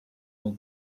all